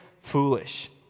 foolish